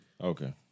Okay